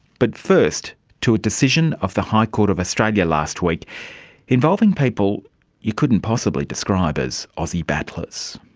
but first to a decision of the high court of australia last week involving people you couldn't possibly describe as aussie battlers.